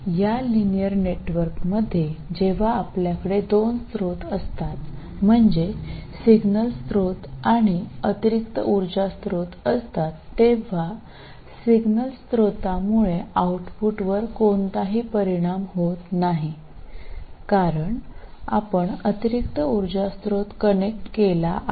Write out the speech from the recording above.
या लिनियर नेटवर्कमध्ये जेव्हा आपल्याकडे दोन स्रोत असतात म्हणजे सिग्नल स्त्रोत आणि अतिरिक्त उर्जा स्त्रोत असतात तेव्हा सिग्नल स्त्रोतामुळे आउटपुटवर कोणताही परिणाम होत नाही कारण आपण अतिरिक्त उर्जा स्त्रोत कनेक्ट केला आहे